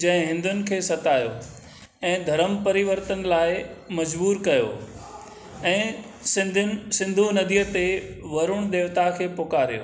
जंहिं हिंदूनि खे सतायो ऐं धरम परिवर्तन लाइ मज़बूरु कयो ऐं सिंधियुनि सिंधु नदीअ ते वरुण देवता खे पुकारियो